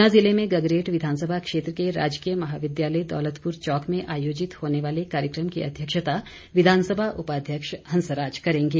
ऊना जिले में गगरेट विधानसभा क्षेत्र के राजकीय महाविद्यालय दौलतपुर चौक में आयोजित होने वाले कार्यक्रम की अध्यक्षता विधानसभा उपाध्यक्ष हंसराज करेंगे